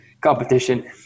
competition